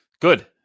good